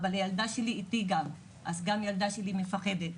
והילדה שלי איתי אז גם הילדה שלי מפחדת,